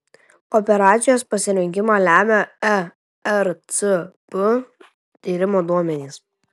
operacijos pasirinkimą lemia ercp tyrimo duomenys